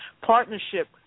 partnership